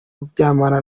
baryamana